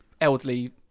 elderly